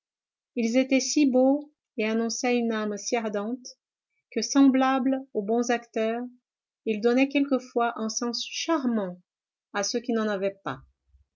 ils étaient si beaux et annonçaient une âme si ardente que semblables aux bons acteurs ils donnaient quelquefois un sens charmant à ce qui n'en avait pas